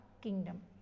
kingdom